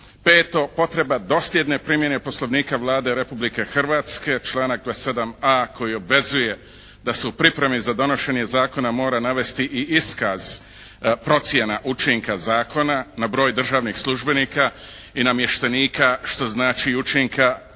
Peto, potreba dosljedne primjene Poslovnika Vlade Republike Hrvatske, članak 27a. koji obvezuje da se u pripremi za donošenje zakona mora navesti i iskaz procjena učinka zakona na broj državnih službenika i namještenika što znači učinka na